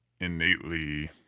innately